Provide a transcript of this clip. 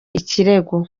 ikirego